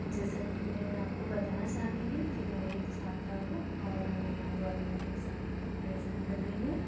जैसा कि मैं आपको बताना चाहती हूँ कि मैं एक छात्रा हूँ और मैं गवर्मेंट इगजाम की प्रीपरेशन कर रही हूँ